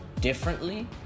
differently